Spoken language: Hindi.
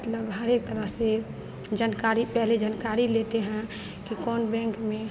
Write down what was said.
मतलब हर एक तरह से जानकारी पहले जानकारी लेते हैं कि कौन बैंक में